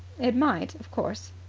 it might, of course.